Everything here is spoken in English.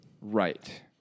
Right